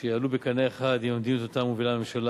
שיעלו בקנה אחד עם המדיניות שאותה מובילה הממשלה,